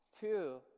two